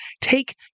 take